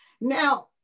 Now